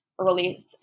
early